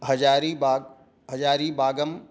Hazaribagh हजारिबागम्